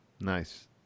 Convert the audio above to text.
Nice